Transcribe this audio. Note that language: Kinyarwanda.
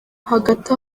hagati